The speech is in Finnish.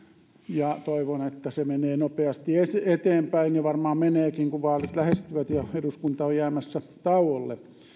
ja toivon että se menee nopeasti eteenpäin ja varmaan meneekin kun vaalit lähestyvät ja eduskunta on jäämässä tauolle